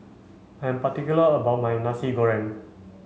I'm particular about my Nasi Goreng